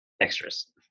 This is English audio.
extras